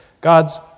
God's